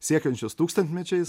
siekiančias tūkstantmečiais